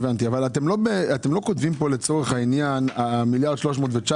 אבל אתם כותבים כאן לצורך העניין מיליארד ו-319,